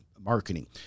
marketing